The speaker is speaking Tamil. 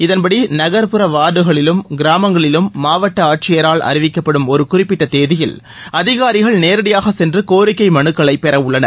இதன்படி நகர்ப்புற வார்டுகளிலும் கிராமங்களிலும் மாவட்ட ஆட்சியரால் அறிவிக்கப்படும் ஒரு குறிப்பிட்ட தேதியில் அதிகாரிகள் நேரடியாகச் சென்று கோரிக்கை மனுக்களை பெற உள்ளனர்